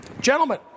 Gentlemen